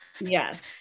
Yes